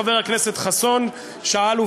חבר הכנסת חסון שאל,